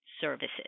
services